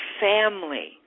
family